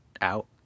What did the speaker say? out